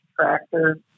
tractor